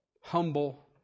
humble